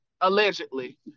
allegedly